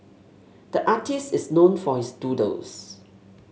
the artist is known for his doodles